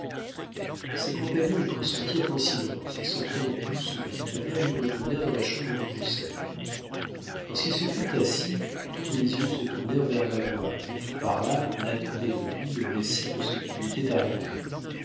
ses compagnons y consentirent en silence et sortant tous de la caverne ils retournèrent dans la chambre du conseil lorsqu'ils se furent assis tous les yeux se tournèrent vers magua qui vit par là qu'on attendait de lui le récit de ce qui lui était arrivé